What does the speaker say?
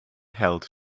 held